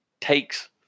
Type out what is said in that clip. takes